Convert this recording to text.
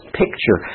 picture